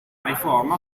riforma